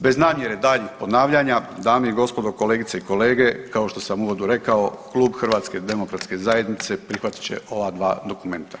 Bez namjere daljnjih ponavljanja dame i gospodo, kolegice i kolege kao što sam u uvodu rekao Klub HDZ-a prihvatit će ova dva dokumenta.